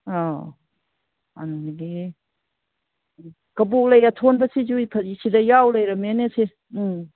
ꯑꯧ ꯑꯗꯒꯤ ꯀꯕꯣꯛ ꯂꯩ ꯑꯊꯣꯟꯕꯁꯤꯁꯨ ꯁꯤꯗ ꯌꯥꯎ ꯂꯩꯔꯝꯃꯦꯅꯦꯁꯦ ꯎꯝ